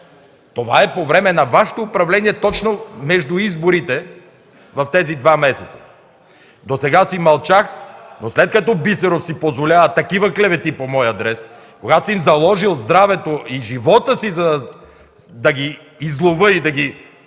Това е по време на Вашето управление, точно между изборите, в тези два месеца. Досега си мълчах, но след като Бисеров си позволява такива клевети по мой адрес, когато съм заложил здравето и живота си да ги изловя и да ги